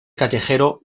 callejero